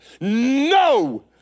No